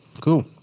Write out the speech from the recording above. cool